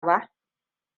ba